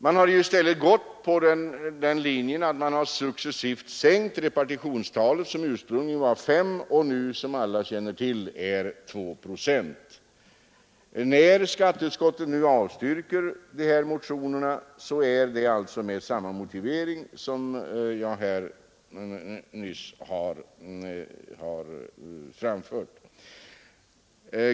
Man har i stället gått på den linjen att man successivt har sänkt repartitionstalet, som ursprungligen var 5 och nu, som alla känner till, är 2. När skatteutskottet nu avstyrker motionen är det alltså med den motivering som jag nyss har framfört.